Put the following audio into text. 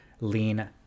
lean